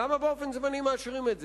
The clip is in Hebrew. למה באופן זמני מאשרים את זה?